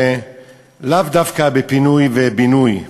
לאו דווקא בפינוי ובינוי,